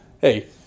Hey